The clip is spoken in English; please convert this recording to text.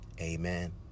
Amen